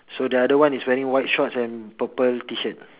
so the other one is wearing white shorts and purple T shirt